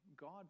God